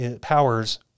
powers